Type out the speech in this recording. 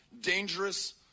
dangerous